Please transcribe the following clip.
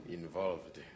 involved